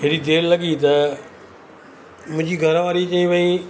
एॾी देरि लॻी त मुंहिंजी घरवारी चईं भाई